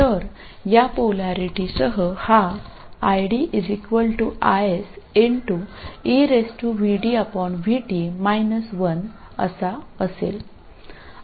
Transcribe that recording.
तर या पोलारिटीसह हा ID IS असा असेल